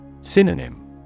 Synonym